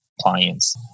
clients